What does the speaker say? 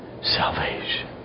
salvation